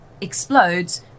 Explodes